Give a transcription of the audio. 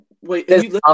Wait